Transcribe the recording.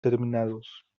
terminados